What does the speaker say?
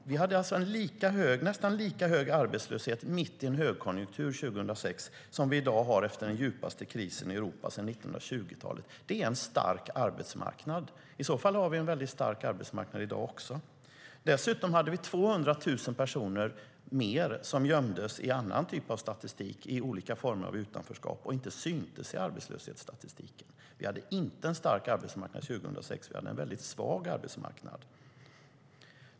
Vi hade alltså nästan lika hög arbetslöshet mitt i en högkonjunktur 2006 som vi i dag har efter den djupaste krisen i Europa sedan 1920-talet. Det är en stark arbetsmarknad. I så fall har vi alltså en väldigt stark arbetsmarknad i dag också. Dessutom hade vi ytterligare 200 000 personer som gömdes i annan typ av statistik och i olika former av utanförskap och inte syntes i arbetslöshetsstatistiken. Vi hade inte en stark arbetsmarknad 2006, utan vi hade en väldigt svag arbetsmarknad.